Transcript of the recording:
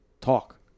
talk